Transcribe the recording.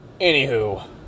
anywho